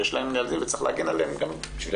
יש להם ילדים וצריך להגן גם עליהם.